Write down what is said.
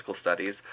studies